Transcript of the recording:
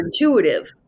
intuitive